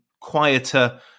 quieter